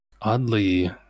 oddly